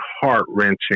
heart-wrenching